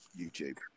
youtube